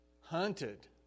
hunted